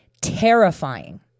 terrifying